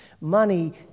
Money